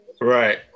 Right